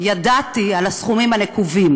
ידעתי על הסכומים הנקובים.